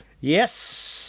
Yes